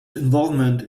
involvement